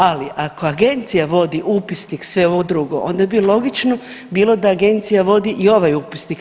Ali ako agencija vodi upisnik i sve ovo drugo onda bi logično bilo da agencija vodi i ovaj upisnik.